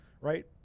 right